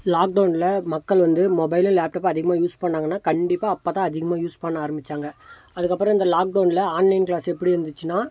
லாக்டவுனில் மக்கள் வந்து மொபைலு லேப்டாப்பு அதிகமாக யூஸ் பண்ணிணாங்கன்னா கண்டிப்பாக அப்போதான் அதிகமாக யூஸ் பண்ண ஆரம்பித்தாங்க அதுக்கப்புறம் இந்த லாக்டவுனில் ஆன்லைன் கிளாஸ் எப்படி இருந்துச்சுனா